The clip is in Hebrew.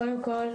קודם כל,